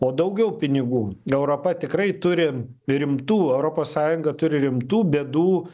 o daugiau pinigų europa tikrai turi rimtų europos sąjunga turi rimtų bėdų